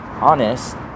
honest